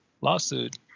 lawsuit